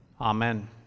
amen